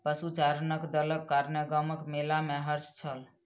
पशुचारणक दलक कारणेँ गामक मेला में हर्ष छल